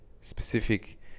specific